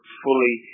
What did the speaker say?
fully